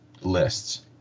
lists